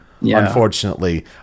Unfortunately